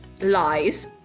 Lies